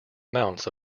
amounts